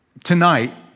Tonight